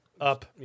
up